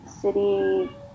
city